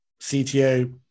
CTO